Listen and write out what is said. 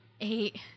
Eight